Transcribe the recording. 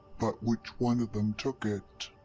but which one of them took it?